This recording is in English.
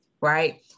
right